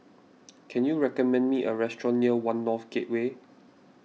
can you recommend me a restaurant near one North Gateway